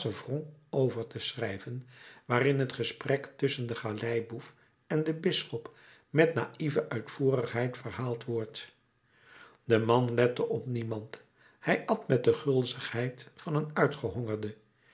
over te schrijven waarin het gesprek tusschen den galeiboef en den bisschop met naïeve uitvoerigheid verhaald wordt de man lette op niemand hij at met de gulzigheid van een